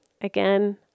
Again